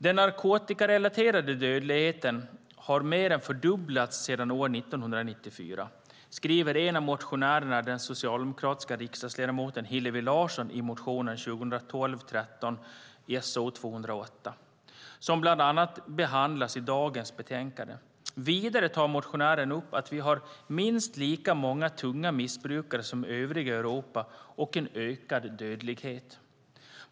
Den narkotikarelaterade dödligheten har mer än fördubblats sedan år 1994 skriver en av motionärerna, den socialdemokratiska riksdagsledamoten Hillevi Larsson, i motion 2012/13:So208, som bland annat behandlas i dagens betänkande. Vidare tar motionären upp att vi har minst lika många tunga missbrukare som övriga Europa och en ökad dödlighet.